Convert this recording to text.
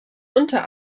unter